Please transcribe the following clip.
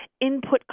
input